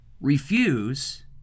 refuse